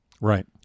Right